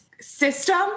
system